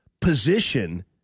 position